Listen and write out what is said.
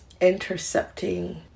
intercepting